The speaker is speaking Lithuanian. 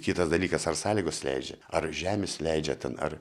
kitas dalykas ar sąlygos leidžia ar žemės leidžia ten ar